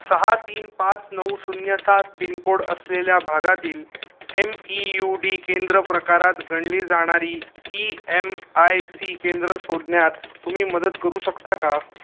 सहा तीन पाच नऊ शून्य सात पिनकोड असलेल्या भागातील एम ई यू डी केंद्र प्रकारात गणली जाणारी ई एम आय सी केंद्रं शोधण्यात तुम्ही मदत करू शकता का